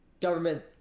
government